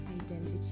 identity